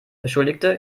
beschuldigte